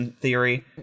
theory